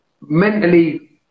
mentally